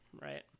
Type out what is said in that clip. right